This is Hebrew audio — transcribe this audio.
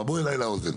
בוא אליי לאוזן.